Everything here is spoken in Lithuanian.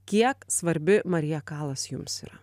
kiek svarbi marija kalas jums yra